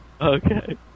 Okay